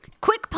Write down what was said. Quick